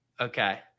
Okay